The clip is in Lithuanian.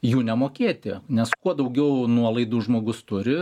jų nemokėti nes kuo daugiau nuolaidų žmogus turi